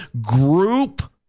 group